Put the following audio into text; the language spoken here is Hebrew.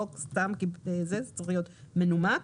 זה צריך להיות מנומק,